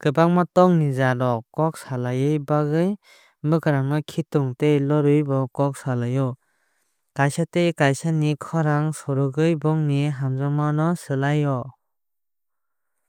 Kwbangma tok ni jaat rok kok salainani bagwi bwkrang no kiting tei loriui bo kok saalaai o. Khaisa tai kaaisa ni khorang swrungui bongni hamjakkma no slaalaai o.